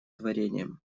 творением